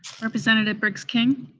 representative briggs king?